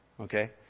Okay